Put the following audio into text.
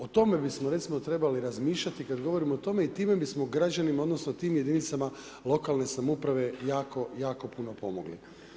O tome bismo recimo trebali razmišljati kad govorimo o tome i time bismo građanima odnosno tim jedinicama lokalne samouprave jako, jako puno pomogli.